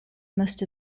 most